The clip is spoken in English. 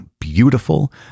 beautiful